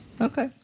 Okay